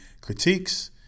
critiques